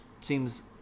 seems